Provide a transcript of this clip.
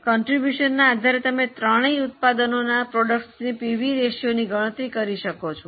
ફાળોના આધારે તમે ત્રણેય ઉત્પાદનોના પીવી રેશિયોની ગણતરી કરી શકો છો